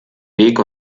weg